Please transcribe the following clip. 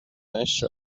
نشر